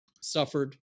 suffered